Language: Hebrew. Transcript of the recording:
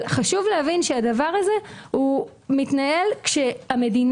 אבל חשוב להבין שהדבר הזה מתנהל כשהמדינה